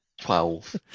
Twelve